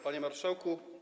Panie Marszałku!